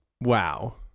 Wow